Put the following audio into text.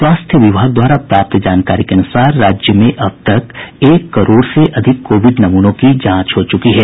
स्वास्थ्य विभाग द्वारा प्राप्त जानकारी के अनुसार राज्य में अब तक एक करोड़ से अधिक कोविड नमूनों की जांच हो चुकी है